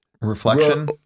reflection